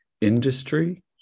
industry